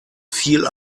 viel